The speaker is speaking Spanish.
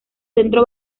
centro